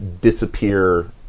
disappear